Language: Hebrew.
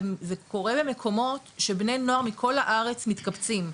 זה קורה במקומות שבני נוער מכל הארץ מתקבצים,